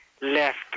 left